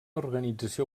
organització